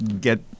get